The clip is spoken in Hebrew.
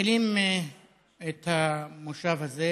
מתחילים את המושב הזה